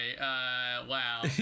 wow